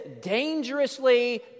dangerously